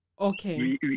Okay